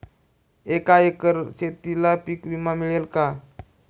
एका एकर शेतीला पीक विमा मिळेल का?